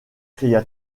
cria